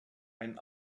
einen